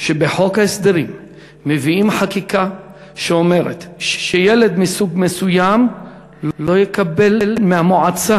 שבחוק ההסדרים מביאים חקיקה שאומרת שילד מסוג מסוים לא יקבל מהמועצה